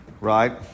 right